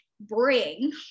bring